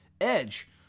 Edge